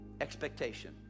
Expectation